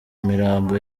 mirambo